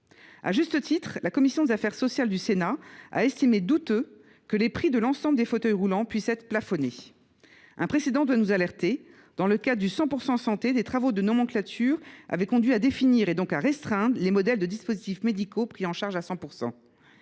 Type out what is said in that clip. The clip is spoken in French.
À juste titre, la commission des affaires sociales du Sénat a estimé douteux que les prix de l’ensemble des fauteuils roulants puissent être plafonnés. Un précédent doit nous alerter : dans le cadre de l’offre « 100 % Santé », des travaux de nomenclature avaient conduit à définir, donc à restreindre, les modèles de dispositifs médicaux pris en charge à 100 %.